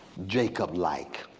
jacob like,